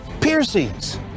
piercings